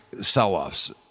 sell-offs